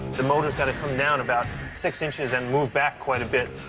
the motor's gotta come down about six inches and move back quite a bit.